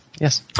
Yes